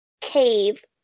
cave